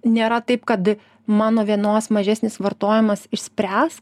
nėra taip kad mano vienos mažesnis vartojimas išspręs